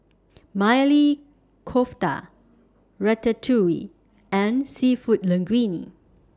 Maili Kofta Ratatouille and Seafood Linguine